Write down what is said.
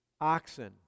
oxen